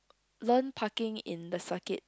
learn parking in the circuit